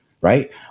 Right